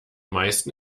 meisten